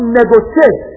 negotiate